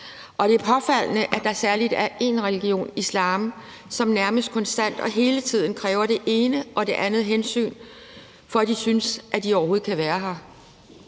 Og det er påfaldende, at der særlig er én religion, islam, som nærmest konstant og hele tiden kræver det ene og det andet hensyn, for at de synes, at de overhovedet kan være her,